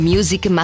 Music